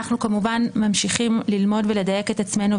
אנחנו כמובן ממשיכים ללמוד ולדייק את עצמנו,